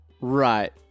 right